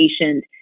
patient